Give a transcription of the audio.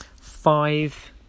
Five